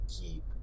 keep